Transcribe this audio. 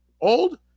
Old